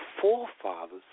forefathers